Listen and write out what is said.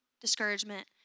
discouragement